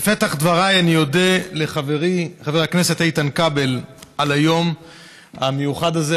בפתח דבריי אני אודה לחברי חבר הכנסת איתן כבל על היום המיוחד הזה,